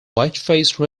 whiteface